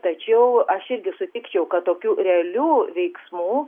tačiau aš irgi sutikčiau kad tokių realių veiksmų